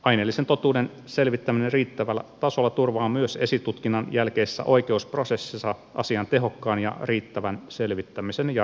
aineellisen totuuden selvittäminen riittävällä tasolla turvaa myös esitutkinnan jälkeisessä oikeusprosessissa asian tehokkaan ja riittävän selvittämisen ja ratkaisemisen